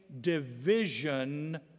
Division